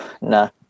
no